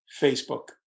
Facebook